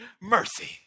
mercy